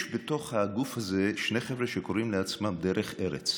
יש בתוך הגוף הזה שני חבר'ה שקוראים לעצמם דרך ארץ.